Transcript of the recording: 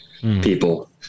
people